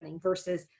versus